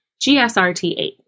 GSRT8